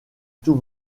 tout